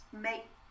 make